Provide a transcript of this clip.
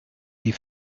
die